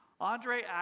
Andre